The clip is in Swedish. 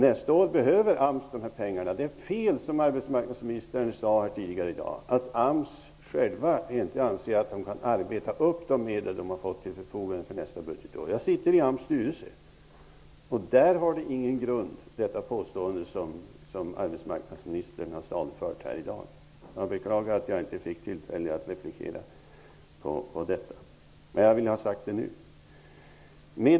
Nästa år behöver AMS dessa pengar. Det är fel -- som arbetsmarknadsministern sade tidigare i dag -- att AMS inte anser att de inte kan använda de medel de har fått till förfogande för nästa budgetår. Jag sitter med i AMS styrelse. Det påstående som arbetsmarknadsministern har anfört i dag har ingen grund där. Jag beklagar att jag inte fick tillfälle att replikera på detta. Men jag vill ha det sagt nu.